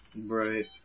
Right